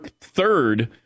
third